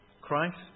Christ